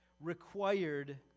required